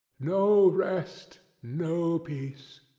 no rest, no peace.